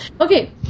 Okay